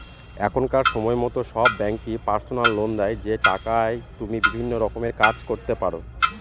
এখনকার সময়তো সব ব্যাঙ্কই পার্সোনাল লোন দেয় যে টাকায় তুমি বিভিন্ন রকমের কাজ করতে পারো